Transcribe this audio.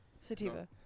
Sativa